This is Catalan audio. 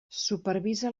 supervisa